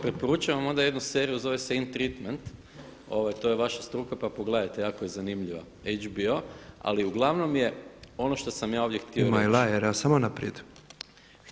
Preporučujem vam onda jednu seriju zove se „In Treatment“, to je vaša struka pa pogledajte jako je zanimljiva HBO ali uglavnom je ono što sam ja ovdje htio reći.